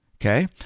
okay